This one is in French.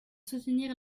soutenir